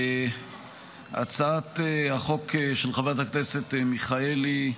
הצעת החוק של חברת הכנסת מיכאלי,